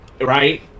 right